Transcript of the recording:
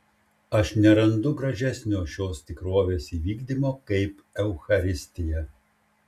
aš nerandu gražesnio šios tikrovės įvykdymo kaip eucharistija